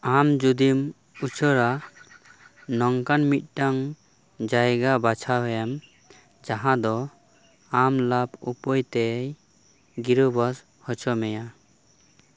ᱟᱢ ᱡᱩᱫᱤᱢ ᱩᱪᱟ ᱲᱟ ᱱᱚᱝᱠᱟᱱ ᱢᱤᱫᱴᱟᱹᱝ ᱡᱟᱭᱜᱟ ᱵᱟᱪᱷᱟᱣᱮᱢ ᱡᱟᱦᱟᱸ ᱫᱚ ᱟᱢ ᱞᱟᱵᱽ ᱩᱯᱟᱹᱭᱛᱮᱭ ᱜᱤᱨᱟᱹᱣᱵᱟᱥ ᱦᱚᱪᱚᱢᱮᱭᱟ